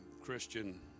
Christian